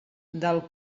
del